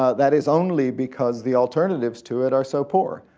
ah that is only because the alternatives to it are so poor.